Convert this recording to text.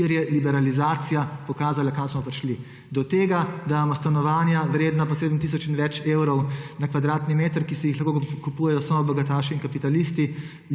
kjer je liberalizacija pokazala, kam smo prišli – do tega, da imamo stanovanja vredna po 7 tisoč in več evrov na kvadratni meter, ki si jih lahko kupujejo samo bogataši in kapitalisti,